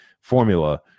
formula